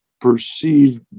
perceive